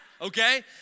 okay